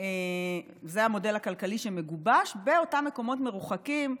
זה המודל הכלכלי שמגובש לאותם מקומות מרוחקים,